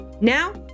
Now